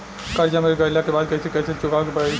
कर्जा मिल गईला के बाद कैसे कैसे चुकावे के पड़ी?